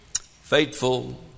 Faithful